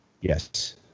Yes